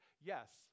yes